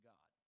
God